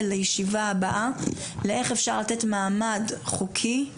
בישיבה הבאה לאיך אפשר לתת מעמד חוקי,